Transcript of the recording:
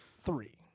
Three